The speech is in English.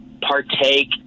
partake